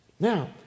Now